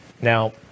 Now